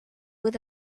with